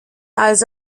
also